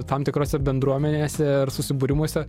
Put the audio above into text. tam tikrose bendruomenėse ar susibūrimuose